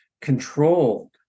controlled